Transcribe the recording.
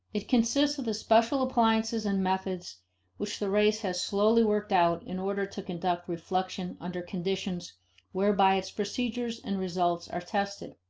it consists of the special appliances and methods which the race has slowly worked out in order to conduct reflection under conditions whereby its procedures and results are tested.